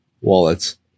wallets